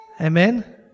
Amen